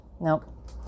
Nope